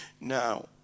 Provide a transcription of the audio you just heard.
Now